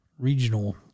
regional